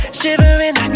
shivering